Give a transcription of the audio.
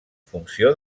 funció